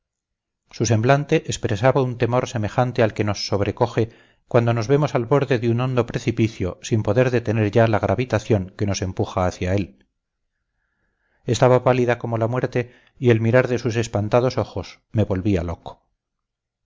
su semblante expresaba un temor semejante al que nos sobrecoge cuando nos vemos al borde de un hondo precipicio sin poder detener ya la gravitación que nos empuja hacia él estaba pálida como la muerte y el mirar de sus espantados ojos me volvía loco